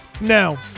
No